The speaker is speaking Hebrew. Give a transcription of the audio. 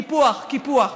קיפוח, קיפוח.